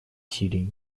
сирии